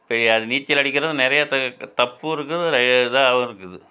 இப்போ அது நீச்சல் அடிக்கிறது நிறைய த தப்பும் இருக்குது ரெ இதாவும் இருக்குது